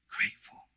grateful